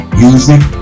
music